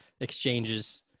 exchanges